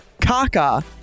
Kaka